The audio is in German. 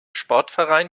sportverein